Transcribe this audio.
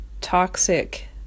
toxic